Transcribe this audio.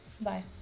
bye